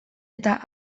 eta